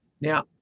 now